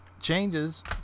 Changes